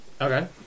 Okay